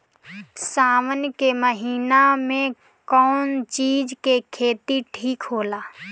सावन के महिना मे कौन चिज के खेती ठिक होला?